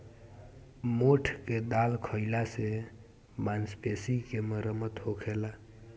मोठ के दाल खाईला से मांसपेशी के मरम्मत होखेला